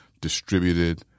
distributed